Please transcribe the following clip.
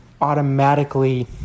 automatically